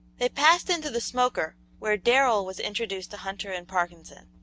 they passed into the smoker, where darrell was introduced to hunter and parkinson.